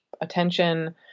attention